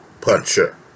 puncher